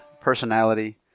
personality